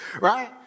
right